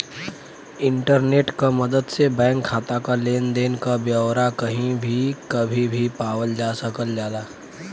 internet क मदद से बैंक खाता क लेन देन क ब्यौरा कही भी कभी भी पावल जा सकल जाला